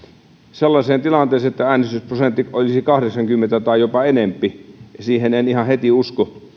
sellaiseen tilanteeseen että äänestysprosentti olisi kahdeksankymmentä tai jopa enempi en ihan heti usko